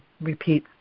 repeat